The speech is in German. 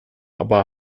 aber